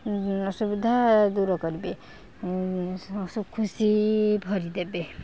ଅସୁବିଧା ଦୂର କରିବେ ଖୁସି ଭରିଦେବେ